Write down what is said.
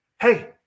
Hey